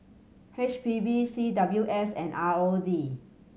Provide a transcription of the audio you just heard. H P B C W S and R O D